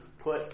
put